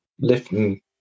Lifting